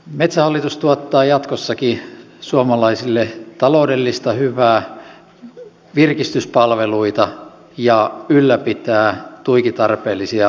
metsähallitus tuottaa jatkossakin suomalaisille taloudellista hyvää virkistyspalveluita ja ylläpitää tuiki tarpeellisia luontoarvoja